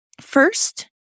First